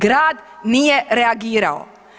Grad nije reagirao.